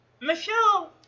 Michelle